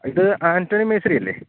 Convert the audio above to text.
ഇത് ആറ്റണി മേസരി അല്ലേ